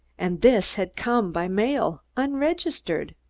and this had come by mail, unregistered